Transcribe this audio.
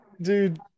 dude